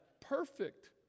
perfect